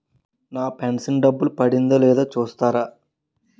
నా pension డబ్బులు పడిందో లేదో చూస్తారా?